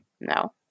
No